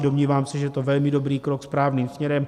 Domnívám se, že je to velmi dobrý krok správným směrem.